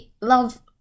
love